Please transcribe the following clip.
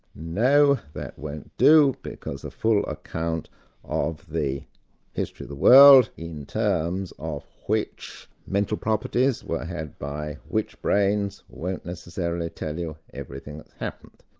no, that won't do, because a full account of the history of the world in terms of which mental properties were had by which brains, won't necessarily tell you everything that's happened.